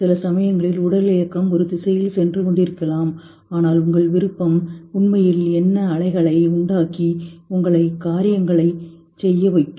சில சமயங்களில் இயற்பியல் ஒரு திசையில் சென்று கொண்டிருக்கலாம் ஆனால் உங்கள் விருப்பம் உண்மையில் எங்கள் அலைகளை உண்டாக்கி உங்களை காரியங்களைச் செய்ய வைக்கும்